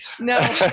No